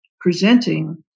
presenting